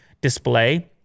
display